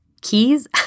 keys